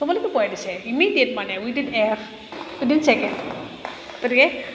চবলৈকে পোৱাই দিছে ইমিডিয়েট মানে উইডইন উইডইন ছেকেণ্ড গতিকে